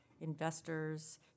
Investors